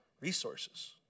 resources